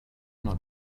not